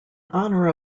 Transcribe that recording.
honor